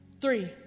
Three